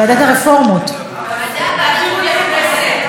הצעת חוק שירותי תשלום,